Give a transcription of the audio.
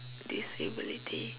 disability